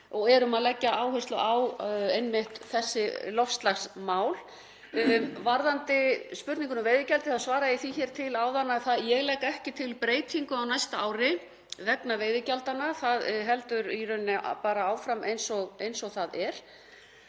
einmitt að leggja áherslu á þessi loftslagsmál. Varðandi spurninguna um veiðigjaldið þá svaraði ég því til áðan að ég legg ekki til breytingu á næsta ári vegna veiðigjaldanna. Það heldur í raun bara áfram eins og það er.